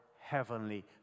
heavenly